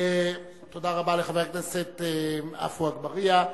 תודה רבה לחבר הכנסת עפו אגבאריה.